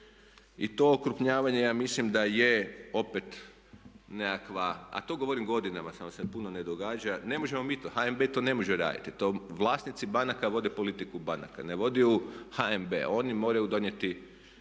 I to okrupnjavanje ja mislim da je opet nekakva a to govorim godinama samo se puno ne događa, ne možemo mi to, HNB to ne može raditi, to vlasnici banaka vode politiku banka, ne vodi ju HNB, oni moraju donijeti